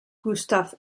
gustaf